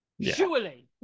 Surely